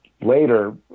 later